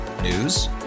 news